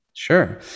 Sure